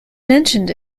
mentioned